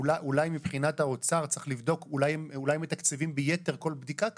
אולי מבחינת האוצר מתקצבים ביתר כל בדיקה כזאת,